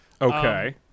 Okay